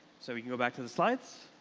so we can go back to the slides.